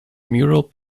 mural